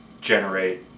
generate